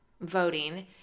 voting